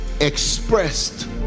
expressed